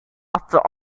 after